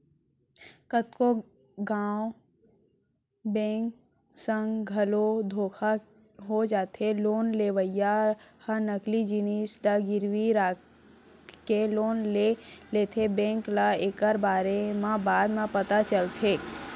कतको घांव बेंक संग घलो धोखा हो जाथे लोन लेवइया ह नकली जिनिस ल गिरवी राखके लोन ले लेथेए बेंक ल एकर बारे म बाद म पता चलथे